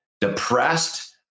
depressed